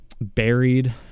buried